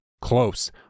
close